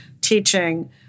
teaching